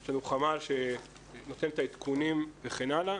יש לנו חמ"ל שנותן את העדכונים וכן הלאה.